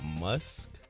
Musk